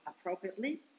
appropriately